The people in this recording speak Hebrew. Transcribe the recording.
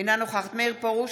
אינה נוכחת מאיר פרוש,